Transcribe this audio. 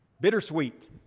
Bittersweet